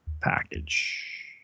package